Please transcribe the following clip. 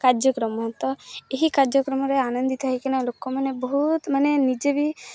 କାର୍ଯ୍ୟକ୍ରମ ତ ଏହି କାର୍ଯ୍ୟକ୍ରମରେ ଆନନ୍ଦିତ ହୋଇକରିନା ଲୋକମାନେ ବହୁତ ମାନେ ନିଜେ ବି